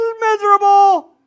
miserable